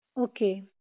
Okay